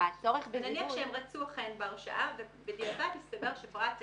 נניח שהם אכן רצו בהרשאה ובדיעבד הסתבר שפרט האימות,